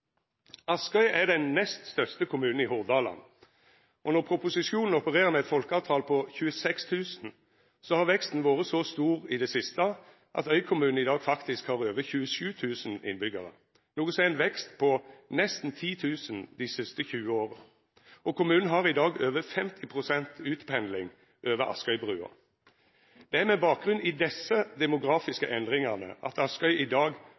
Askøy er den nest største kommunen i Hordaland, og når proposisjonen opererer med eit folketal på 26 000, har veksten vore så stor i det siste at øykommunen i dag faktisk har over 27 000 innbyggjarar, noko som er ein vekst på nesten 10 000 dei siste 20 åra. Kommunen har i dag over 50 pst. utpendling over Askøybrua. Det er med bakgrunn i desse demografiske endringane at Askøy i dag